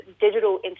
digital